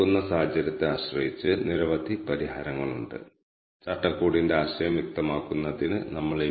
ഈ സാഹചര്യത്തിൽ റോ സൂചികകളായി നമുക്ക് ആദ്യ നിരയുണ്ട് അതിനാലാണ് ഞങ്ങൾ ഈ row